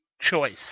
choice